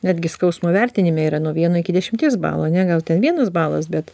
netgi skausmo vertinime yra nuo vieno iki dešimties balo ne gal ten vienas balas bet